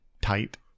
tight